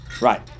Right